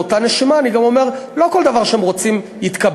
באותה נשימה אני גם אומר: לא כל דבר שהם רוצים יתקבל,